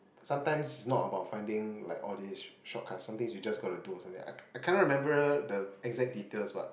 sometimes not about finding like all these shortcuts something you just gonna do or something I I cannot remember the exact details but